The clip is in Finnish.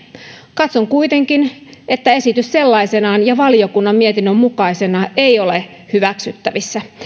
katson kuitenkin että esitys sellaisenaan ja valiokunnan mietinnön mukaisena ei ole hyväksyttävissä